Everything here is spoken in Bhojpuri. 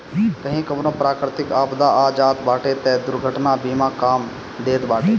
कही कवनो प्राकृतिक आपदा आ जात बाटे तअ दुर्घटना बीमा काम देत बाटे